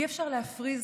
אי-אפשר להפריז